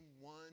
one